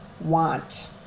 want